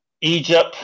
Egypt